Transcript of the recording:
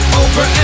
over